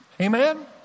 Amen